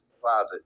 closet